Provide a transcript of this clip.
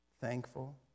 thankful